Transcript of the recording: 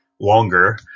longer